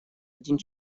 один